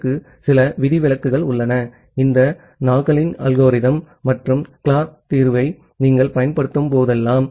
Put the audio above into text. அதற்கு சில விதிவிலக்குகள் உள்ளன இந்த நாகலின் அல்கோரிதம்Nagle's algorithm மற்றும் கிளார்க் தீர்வை நீங்கள் பயன்படுத்தும்போதெல்லாம்